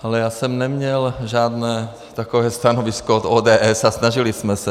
Ale já jsem neměl žádné takové stanovisko od ODS a snažili jsme se.